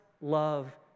love